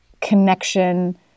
connection